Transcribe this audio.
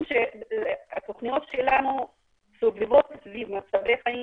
התוכניות שלנו סובבות סביב מצבי חיים,